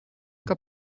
que